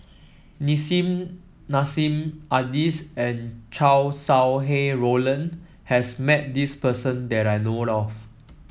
Nissim Nassim Adis and Chow Sau Hai Roland has met this person that I know of